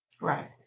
Right